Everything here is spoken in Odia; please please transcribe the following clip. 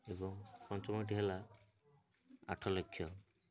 ଏବଂ ପଞ୍ଚମଟି ହେଲା ଆଠ ଲକ୍ଷ